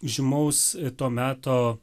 žymaus to meto